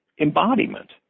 embodiment